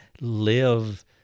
live